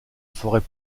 forêt